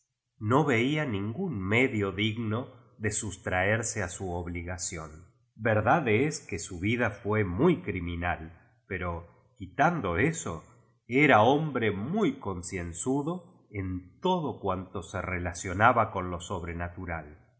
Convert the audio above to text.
no veia ningún medio digno de sus traerse a su obligación verdad es que en vida fué muy criminal pero quitado eso era hombre muy concien zudo en todo cuanto se relacionaba con lo sobrenatural así